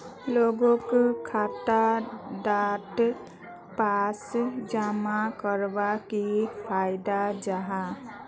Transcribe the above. लोगोक खाता डात पैसा जमा कवर की फायदा जाहा?